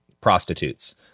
prostitutes